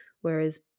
whereas